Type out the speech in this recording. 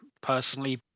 personally